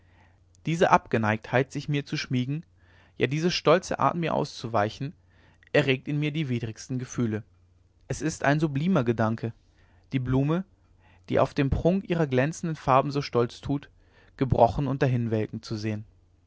diese abgeneigtheit sich mir zu schmiegen ja diese stolze art mir auszuweichen erregt in mir die widrigsten gefühle es ist ein sublimer gedanke die blume die auf den prunk ihrer glänzenden farben so stolz tut gebrochen und dahinwelken zu sehen